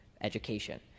education